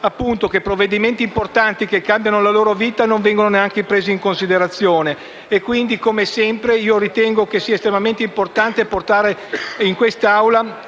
che i provvedimenti importanti, che cambiano la loro vita, neanche vengono presi in considerazione. Come sempre, ritengo sia estremamente importante portare in quest'Aula